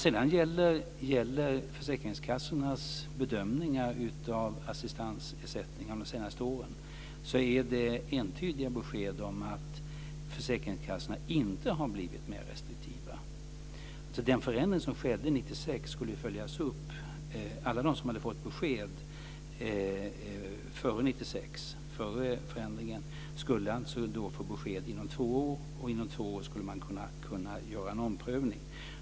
Vad gäller försäkringskassornas bedömningar av assistansersättningar under de senaste åren har jag fått entydiga besked om att försäkringskassorna inte har blivit mer restriktiva. Den förändring som skedde 1996 skulle följas upp. Alla de som hade fått besked före förändringen 1996 skulle få besked inom två år, och en omprövning skulle kunna göras under den tiden.